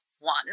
one